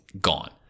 gone